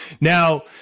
Now